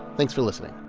thanks for listening